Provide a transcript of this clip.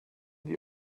die